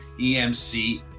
EMC